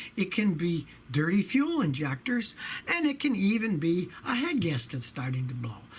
it can be dirty fuel injectors and it can even be a head gasket and starting to blow,